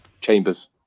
Chambers